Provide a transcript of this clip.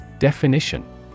Definition